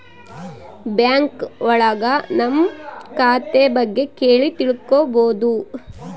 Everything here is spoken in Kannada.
ಬ್ಯಾಂಕ್ ಒಳಗ ನಮ್ ಖಾತೆ ಬಗ್ಗೆ ಕೇಳಿ ತಿಳ್ಕೋಬೋದು